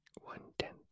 one-tenth